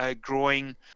growing